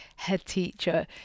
headteacher